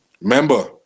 remember